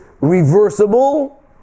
reversible